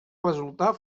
resultar